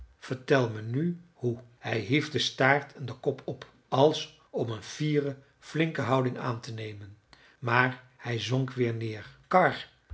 vertel me nu hoe hij hief den staart en den kop op als om een fiere flinke houding aan te nemen maar hij zonk weer neer karr